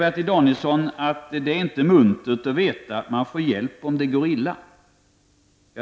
Bertil Danielsson säger också att det inte är muntert att veta att man får hjälp om det går illa.